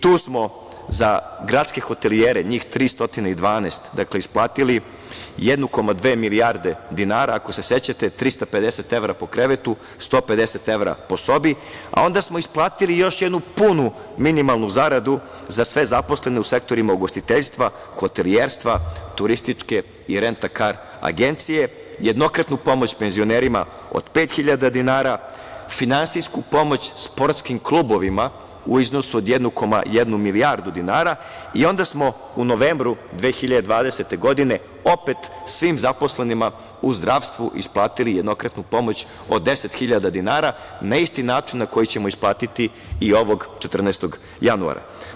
Tu smo za gradske hotelijere, njih 312, isplatili 1,2 milijarde dinara, ako se sećate, 350 evra po krevetu, 150 evra po sobi, a onda smo isplatili još jednu punu minimalnu zaradu za sve zaposlene u sektorima ugostiteljstva, hotelijerstva, turističke i rentakar agencije, jednokratnu pomoć penzionerima od 5.000 dinara, finansijsku pomoć sportskim klubovima u iznosu od 1,1 milijardu dinara i onda smo u novembru 2020. godine opet svim zaposlenima u zdravstvu isplatili jednokratnu pomoć od 10.000 dinara, na isti način na koji ćemo isplatiti i ovog 14. januara.